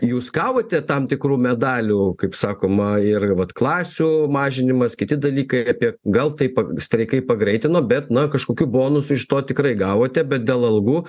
jūs gavote tam tikrų medalių kaip sakoma ir vat klasių mažinimas kiti dalykai apie gal taip streikai pagreitino bet na kažkokių bonusų iš to tikrai gavote bet dėl algų